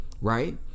Right